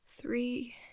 Three